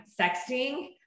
sexting